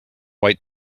white